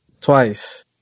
twice